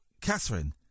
Catherine